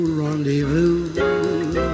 rendezvous